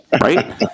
right